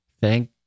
Thank